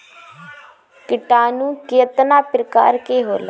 किटानु केतना प्रकार के होला?